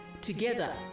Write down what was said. Together